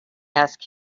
ask